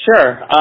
Sure